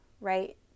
right